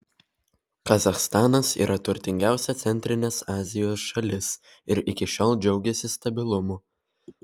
kazachstanas yra turtingiausia centrinės azijos šalis ir iki šiol džiaugėsi stabilumu